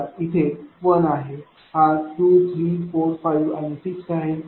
समजा ह्या इथे 1 आहे हा 2 3 4 5 आणि 6 आहे